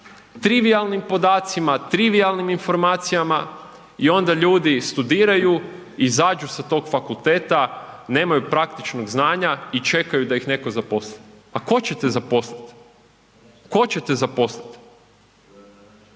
trivijalnim podacima, trivijalnim informacija i onda ljudi studiraju, izađu sa tog fakulteta, nemaju praktičnog znanja i čekaju da ih netko zaposli. A tko će te zaposliti, tko će te zaposliti?